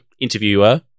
interviewer